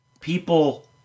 people